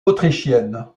autrichienne